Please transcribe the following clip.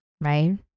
right